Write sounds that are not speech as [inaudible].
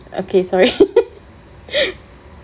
okay sorry [laughs]